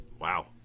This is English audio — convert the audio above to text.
Wow